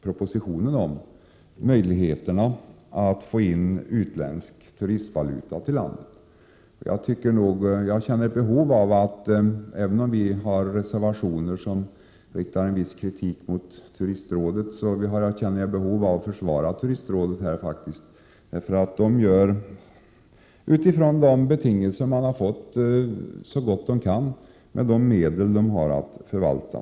Propositionen handlade om möjligheterna att få in utländsk turistvaluta till landet. Även om vi har reservationer som riktar en viss kritik mot Turistrådet, känner jag ett behov av att försvara Turistrådet, för det gör så gott det kan utifrån de betingelser som det har fått och med de medel det har att förvalta.